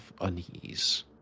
unease